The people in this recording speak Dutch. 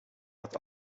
het